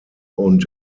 und